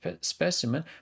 specimen